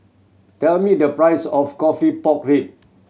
tell me the price of coffee pork rib